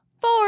Four